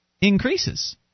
increases